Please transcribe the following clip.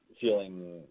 feeling